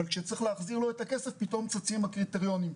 אבל כשצריך להחזיר לו את הכסף פתאום צצים הקריטריונים.